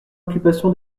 occupation